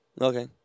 okay